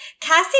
Cassie